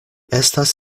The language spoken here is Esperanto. estas